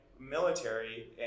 military